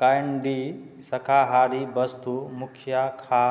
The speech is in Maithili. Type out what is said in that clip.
कैण्डी शाकाहारी वस्तु मुख्य खा